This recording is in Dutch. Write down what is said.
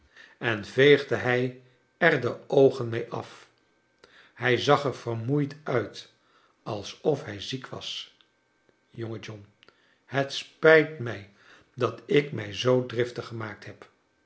en veegde hij er de oogen mee af hij zag er vermoeid uit alsof hij ziek was jonge john het spijt mij dat ik mij zoo driftig gemaakt heb